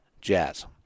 Jazz